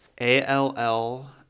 A-L-L